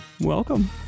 welcome